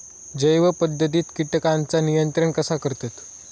जैव पध्दतीत किटकांचा नियंत्रण कसा करतत?